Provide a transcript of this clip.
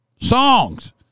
Songs